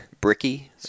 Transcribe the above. Bricky